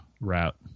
route